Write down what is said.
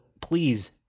please